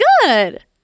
good